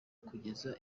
kugeza